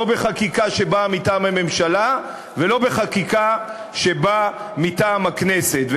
לא בחקיקה שבאה מטעם הממשלה ולא בחקיקה שבאה מטעם הכנסת.